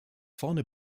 vorne